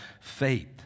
faith